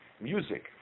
music